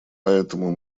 поэтому